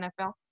NFL